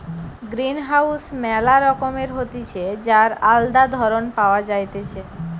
greenhouse ম্যালা রকমের হতিছে যার আলদা ধরণ পাওয়া যাইতেছে